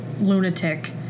lunatic